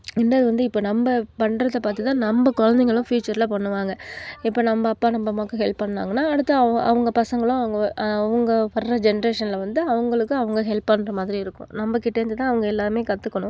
ரெண்டாவது வந்து இப்போ நம்ம பண்ணுறத பார்த்துதான் நம்ம குழந்தைங்களும் ஃபியூச்சரில் பண்ணுவாங்கள் இப்போ நம்ம அப்பா நம்ம அம்மாவுக்கு ஹெல்ப் பண்ணாங்கனா அடுத்து அவங்கள் பசங்களும் அவங்கள் அவங்கள் வர ஜென்ரேஷனில் வந்து அவங்களுக்கு அவங்கள் ஹெல்ப் பண்ணுற மாதிரி இருக்கும் நம்ம கிட்டேயிருந்து தான் அவங்கள் எல்லாம் கற்றுக்கணும்